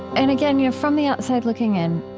and again, you know, from the outside looking in,